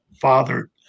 father